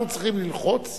אנחנו צריכים ללחוץ